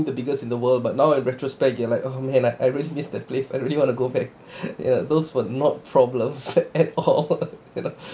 seemed the biggest in the world but now in retrospect you're like oh man I I really miss the place I really want to go back you know those were not problems at all you know